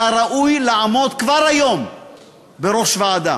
אתה ראוי לעמוד כבר היום בראש ועדה,